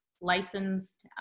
licensed